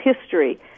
history